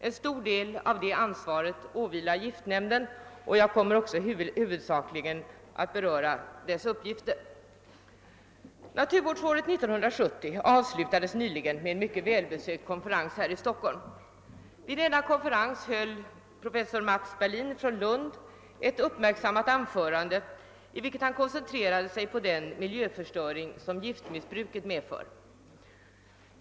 En stor del av det ansvaret åvilar giftnämnden, och jag kommer också huvudsakligen att beröra dess uppgifter. Naturvårdsåret 1970 avslutades nyligen med en mycket välbesökt konferens här i Stockholm. Vid denna konferens höll professor Maths Berlin från Lund ett uppmärksammat anförande, i vilket han koncentrerade sig på den miljöförstöring som =: giftmissbruket medfört.